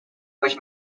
which